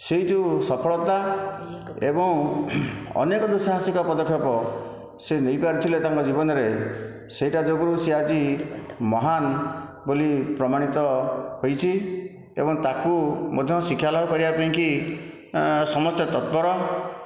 ସେହି ଯେଉଁ ସଫଳତା ଏବଂ ଅନେକ ଦୃଶାହାସିକ ପଦକ୍ଷପ ସେ ନେଇପାରିଥିଲେ ତାଙ୍କ ଜୀବନରେ ସେଇଟା ଯୋଗୁଁରୁ ସେ ଆଜି ମହାନ ବୋଲି ପ୍ରମାଣିତ ହୋଇଛି ଏବଂ ତାକୁ ମଧ୍ୟ ଶିକ୍ଷା ଲାଭ କରିବା ପାଇଁ କି ସମସ୍ତେ ତତ୍ପର